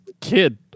kid